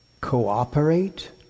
cooperate